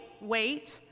wait